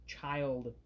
child